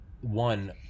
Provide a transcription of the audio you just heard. one